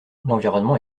l’environnement